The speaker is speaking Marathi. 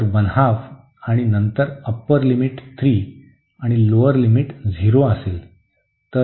तर आणि नंतर अप्पर लिमिट 3 आणि लोअर लिमिट 0 असेल